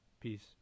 peace